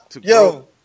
Yo